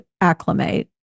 acclimate